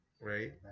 right